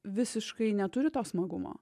visiškai neturi to smagumo